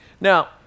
Now